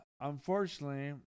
unfortunately